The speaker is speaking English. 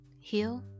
heal